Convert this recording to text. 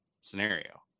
scenario